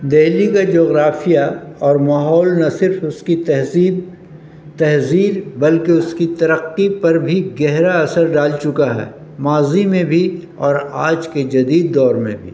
دہلی کا جغرافیہ اور ماحول نہ صرف اس کی تہذیب تحزیر بلکہ اس کی ترقی پر بھی گہرا اثر ڈال چکا ہے ماضی میں بھی اور آج کے جدید دور میں بھی